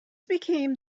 became